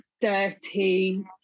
dirty